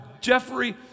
Jeffrey